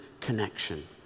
connection